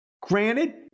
granted